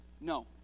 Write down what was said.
No